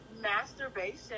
masturbation